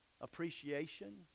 appreciation